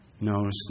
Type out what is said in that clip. knows